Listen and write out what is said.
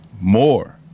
more